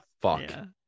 fuck